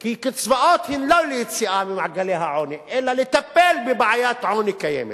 כי קצבאות לא מביאות ליציאה ממעגלי העוני אלא מטפלות בבעיית עוני קיימת.